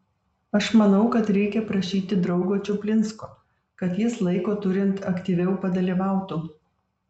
aš manau kad reikia prašyti draugo čuplinsko kad jis laiko turint aktyviau padalyvautų